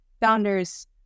founders